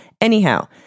anyhow